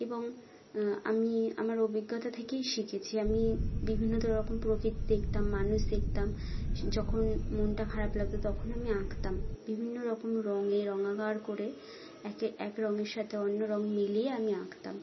এবং আমি আমার অভিজ্ঞতা থেকেই শিখেছি আমি বিভিন্ন তো রকম প্রকৃতি দেখতাম মানুষ দেখতাম যখন মনটা খারাপ লাগত তখন আমি আঁকতাম বিভিন্ন রকম রঙে রঙাকার করে একে এক রঙের সথে অন্য রং মিলিয়ে আমি আঁকতাম